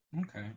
okay